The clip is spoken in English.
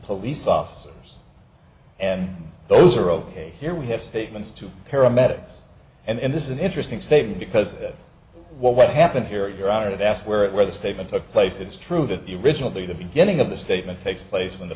police officers and those are ok here we have statements to paramedics and this is an interesting statement because what happened here your honor that's where the statement took place it's true that you originally the beginning of the statement takes place when the